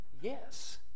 Yes